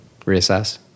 reassess